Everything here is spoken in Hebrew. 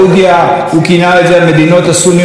הוא כינה את זה המדינות הסוניות המתונות,